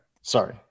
Sorry